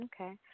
Okay